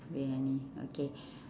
briyani okay